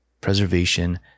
preservation